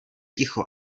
ticho